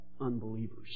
unbelievers